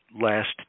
last